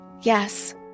Yes